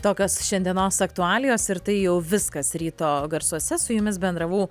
tokios šiandienos aktualijos ir tai jau viskas ryto garsuose su jumis bendravau